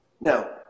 Now